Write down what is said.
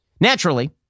Naturally